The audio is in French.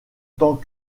tant